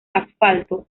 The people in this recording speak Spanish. asfalto